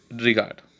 regard